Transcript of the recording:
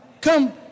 come